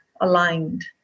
aligned